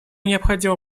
необходимо